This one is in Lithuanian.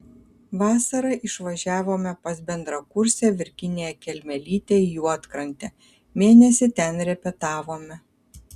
vasarą išvažiavome pas bendrakursę virginiją kelmelytę į juodkrantę mėnesį ten repetavome